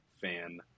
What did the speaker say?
fan